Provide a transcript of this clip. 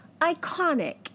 iconic